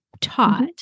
taught